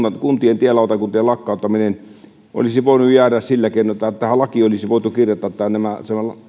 kuntien tielautakuntien lakkauttaminen olisi voinut jäädä sillä keinoin että tähän lakiin olisi voitu kirjata että nämä